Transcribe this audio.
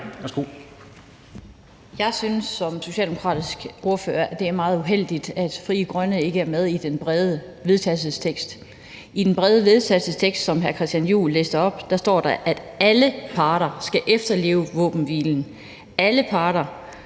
Jeg synes som socialdemokratisk ordfører, at det er meget uheldigt, at Frie Grønne ikke er med i den brede vedtagelsestekst. I den brede vedtagelsestekst, som hr. Christian Juhl læste op, står der, at alle parter skal efterleve våbenhvilen, at alle parter